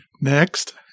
Next